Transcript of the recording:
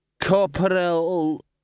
Corporal